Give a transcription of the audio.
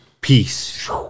peace